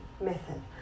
method